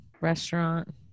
restaurant